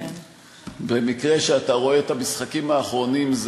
במקרה שאתה רואה את המשחקים האחרונים,